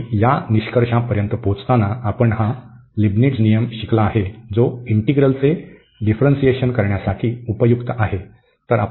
आणि या निष्कर्षापर्यंत पोहोचताना आपण हा लिबनिट्झ नियम शिकला आहे जो इंटीग्रलचे डिफ्रन्सीएशन करण्यासाठी उपयुक्त आहे